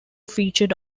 featured